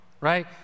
right